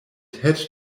had